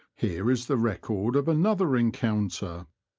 here is the record of another encounter.